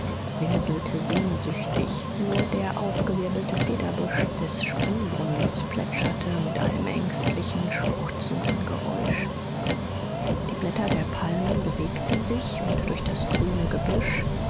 winselte sehnsüchtig nur der aufgewirbelte federbusch des springbrunnens plätscherte mit einem ängstlichen schluchzenden geräusch die blätter der palmen bewegten sich und durch das grüne gebüsch